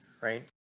right